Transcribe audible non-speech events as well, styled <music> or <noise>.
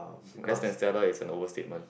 <breath> less than stellar is an overstatement